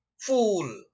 fool